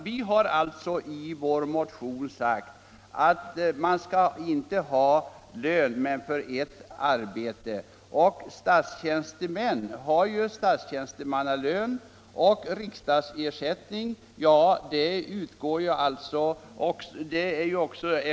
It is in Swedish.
Vi har i vår motion sagt att man inte skall = statstjänsteman till ha lön för mer än ett arbete, och statstjänstemän har en statstjänste — följd av uppdrag mannalön och riksdagsersättning, där i båda fallen staten betalar.